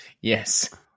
Yes